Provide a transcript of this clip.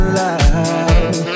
love